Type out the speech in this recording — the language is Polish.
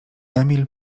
emil